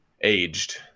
aged